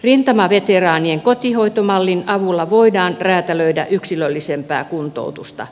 rintamaveteraanien kotihoitomallin avulla voidaan räätälöidä yksilöllisempää kuntoutusta